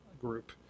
group